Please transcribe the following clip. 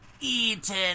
eaten